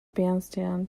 bandstand